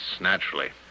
naturally